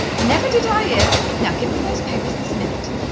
never did i hear now give me those papers this minute.